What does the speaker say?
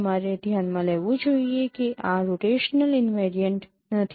તમારે ધ્યાનમાં લેવું જોઈએ કે આ રોટેશનલ ઈનવેરિયન્ટ નથી